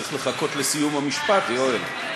צריך לחכות לסיום המשפט, יואל.